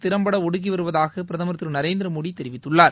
திறம்பட ஒடுக்கி வருவதாக பிரதமர் திரு நரேந்திர மோடி தெரிவித்துள்ளார்